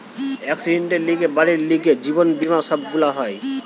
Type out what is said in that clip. একসিডেন্টের লিগে, বাড়ির লিগে, জীবন বীমা সব গুলা হয়